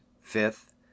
fifth